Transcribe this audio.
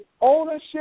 ownership